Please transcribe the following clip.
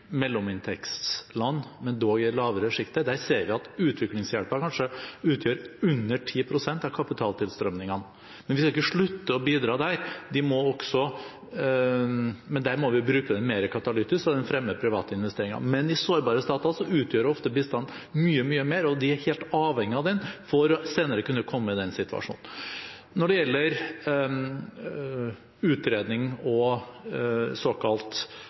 mellominntektsland, dog i det lavere sjiktet. Der ser vi at utviklingshjelpen kanskje utgjør under 10 pst. av kapitaltilstrømningen. Vi skal ikke slutte å bidra der, men der må vi bruke bistanden mer katalytisk, slik at den fremmer private investeringer. I sårbare stater utgjør ofte bistand mye, mye mer, og de er helt avhengige av den for senere å kunne komme i den situasjonen. Når det gjelder utredning og en eventuell såkalt